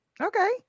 Okay